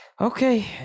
okay